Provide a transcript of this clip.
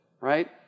right